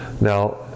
Now